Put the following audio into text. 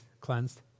Cleansed